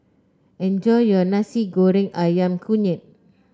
enjoy your Nasi Goreng ayam kunyit